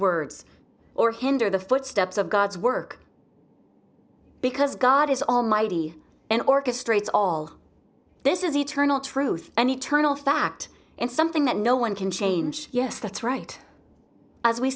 words or hinder the footsteps of god's work because god is almighty and orchestrates all this is eternal truth and eternal fact and something that no one can change yes that's right as we